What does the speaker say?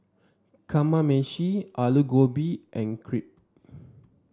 Kamameshi Alu Gobi and Crepe